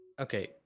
Okay